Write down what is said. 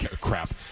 crap